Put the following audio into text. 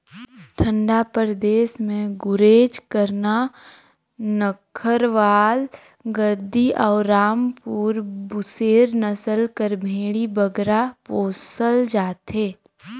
ठंडा परदेस में गुरेज, करना, नक्खरवाल, गद्दी अउ रामपुर बुसेर नसल कर भेंड़ी बगरा पोसल जाथे